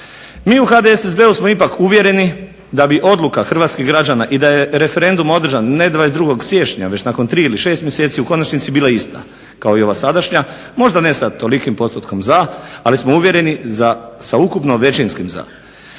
Mi u HDSSB-u smo ipak uvjereni da bi odluka hrvatskih građana i da je referendum održan ne 22. siječnja već nakon tri ili 6 mjeseci u konačnici bila ista kao i ova sadašnja, možda ne sa tolikim postotkom za ali smo uvjereni sa ukupno većinski za.